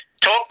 Talk